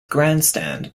grandstand